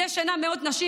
מדי שנה מאות נשים,